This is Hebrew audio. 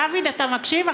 דוד, אתה מקשיב?